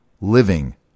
living